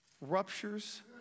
Ruptures